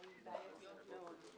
שהן בעייתיות מאוד.